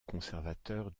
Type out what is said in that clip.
conservateur